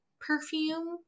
perfume